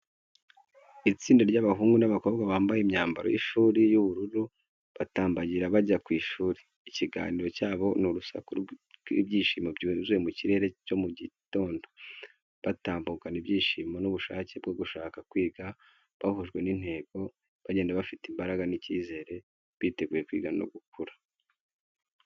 Itsinda ry'abahungu n’abakobwa bambaye imyambaro y’ishuri y’ubururu batambagira bajya ku ishuri. Ikiganiro cyabo n’urusaku rw’ibyishimo byuzuye mu kirere cya mu gitondo, batambukana ibyishimo n'ubushake bwo gushaka kwiga, bahujwe n’intego, bagenda bafite imbaraga n’icyizere, biteguye kwiga no gukura.